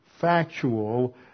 factual